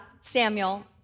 Samuel